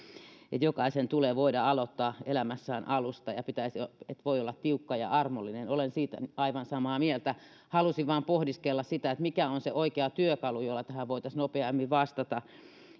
että jokaisen tulee voida aloittaa elämässään alusta ja pitäisi voida olla tiukka ja armollinen olen siitä aivan samaa mieltä halusin vain pohdiskella sitä että mikä on se oikea työkalu jolla tähän voitaisiin nopeammin vastata